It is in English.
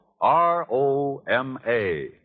R-O-M-A